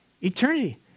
Eternity